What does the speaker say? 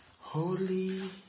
holy